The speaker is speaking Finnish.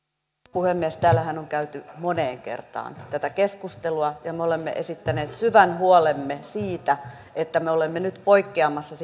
puhemies täällähän on käyty moneen kertaan tätä keskustelua ja me olemme esittäneet syvän huolemme siitä että me olemme nyt poikkeamassa